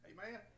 Amen